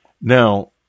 Now